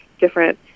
different